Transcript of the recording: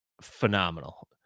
phenomenal